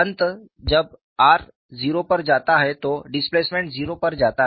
अतः जब r 0 पर जाता है तो डिस्प्लेसमेंट 0 पर जाता है